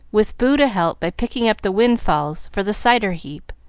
with boo to help by picking up the windfalls for the cider-heap,